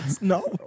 No